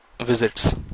visits